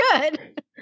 good